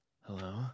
hello